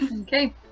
Okay